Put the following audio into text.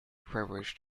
privilege